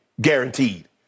guaranteed